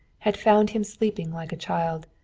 had found him sleeping like a child,